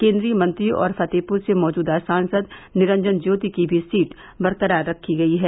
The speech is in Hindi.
केन्द्रीय मंत्री और फतेहपुर से मौजूदा सांसद निरंजन ज्योति की भी सीट बरकरार रखी गयी है